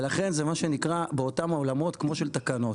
ולכן, זה מה שנקרא, באותם העולמות, כמו של תקנות.